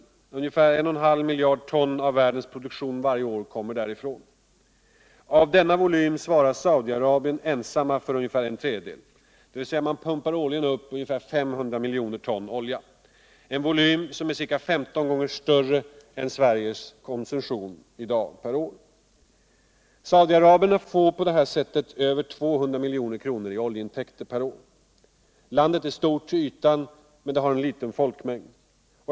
Det är ungefär en och en halv miljard ton av världens produktion som varje år kommer därifrån. Av denna volym svarar enbart Saudi-Arabien för ungefär en tredjedel, dvs. man pumpar där årligen upp ungefar 500 milj. ton olja — en volym som är cirka 15 gånger större än Sveriges konsumtion per år i dag. Saudiaraberna får på det sättet över 200 milj.kr. i oljeintäkter per år. Landet är stort till ytan, men det har en liten folkmängd.